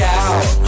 out